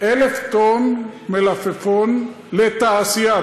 1,000 טונות מלפפון לתעשייה.